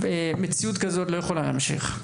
מציאות כזאת לא יכולה להמשיך.